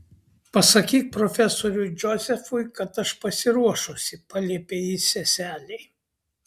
pasakyk profesoriui džozefui kad aš pasiruošusi paliepė ji seselei